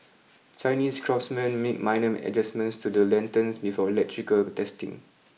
chinese craftsmen make minor adjustments to the lanterns before electrical testing